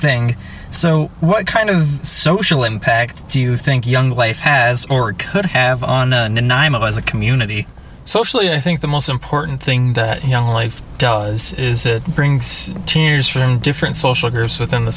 thing so what kind of social impact do you think young life has or it could have on the nine as a community socially i think the most important thing that young life does is it brings tears from different social groups within the